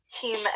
Team